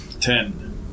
Ten